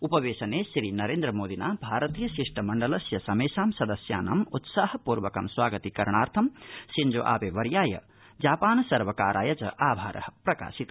उपवेशने श्रीनरेन्द्र मोदिना भारतीय शिष्ट मण्डलस्य समेषां सदस्यानाम उत्साहपूर्वक स्वागतीकरणार्थं शिंजो आबे वर्याय जापान सर्वकाराय च आभार प्रकाशित